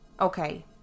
Okay